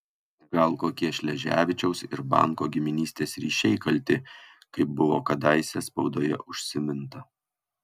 gal kokie šleževičiaus ir banko giminystės ryšiai kalti kaip buvo kadaise spaudoje užsiminta